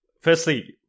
Firstly